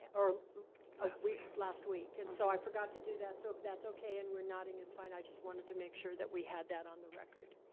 or a week last week and so i forgot to do that. so if that's okay and we're nodding it's fine. i just wanted to make sure that we had that on the record.